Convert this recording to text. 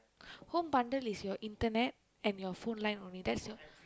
home bundle is your internet and your phone line only that's your